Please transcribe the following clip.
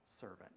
servant